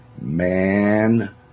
man